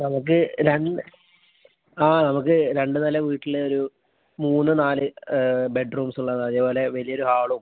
നമുക്ക് രണ്ട് ആ നമുക്ക് രണ്ടു നില വീട്ടില് ഒരു മൂന്ന് നാല് ബെഡ്റൂംസ് ഉള്ള അതേപോലെ വലിയൊരു ഹാളും